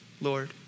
Lord